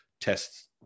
tests